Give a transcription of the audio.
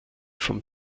von